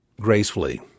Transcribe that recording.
gracefully